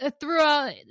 Throughout